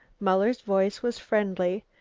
muller's voice was friendly,